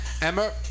Emma